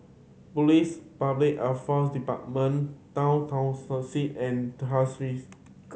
Police Public Affairs Department Tower and